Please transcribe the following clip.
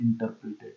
interpreted